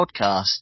podcast